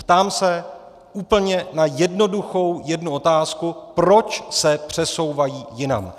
Ptám na se úplně jednoduchou jednu otázku, proč se přesouvají jinam.